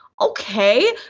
Okay